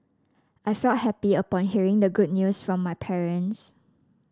I felt happy upon hearing the good news from my parents